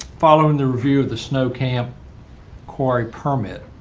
following the review of the snow camp corey permit,